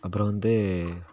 அப்புறம் வந்து